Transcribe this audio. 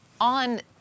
on